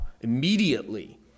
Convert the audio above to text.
immediately